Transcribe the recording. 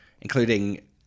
including